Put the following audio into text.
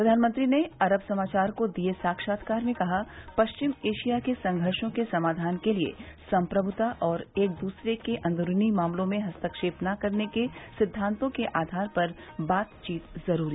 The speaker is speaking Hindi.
प्रधानमंत्री ने अरब समाचार को दिये साक्षात्कार में कहा पश्चिमी एशिया के संघर्षो के समाधान के लिये सम्प्रभुता और एक दूसरे के अन्दरूनी मामलों में हस्तक्षेप न करने के सिद्वांतों के आधार पर बातचीत ज़रूरी